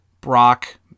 Brock